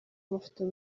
mafoto